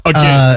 Again